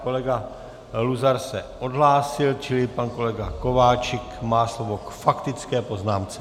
Kolega Luzar se odhlásil, čili pan kolega Kováčik má slovo k faktické poznámce.